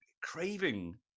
craving